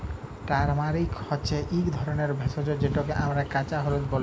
turmeric হছে ইক ধরলের ভেষজ যেটকে আমরা কাঁচা হলুদ ব্যলি